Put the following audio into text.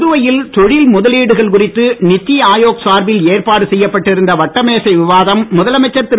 புதுவையில் தொழில் முதலீடுகள் குறித்து நித்தி ஆயோக் சார்பில் ஏற்பாடு செய்யப்பட்டிருந்த வட்டமேசை விவாதம் முதலமைச்சர் திரு